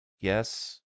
yes